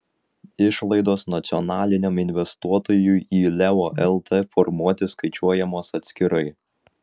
išlaidos nacionaliniam investuotojui į leo lt formuoti skaičiuojamos atskirai